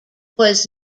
was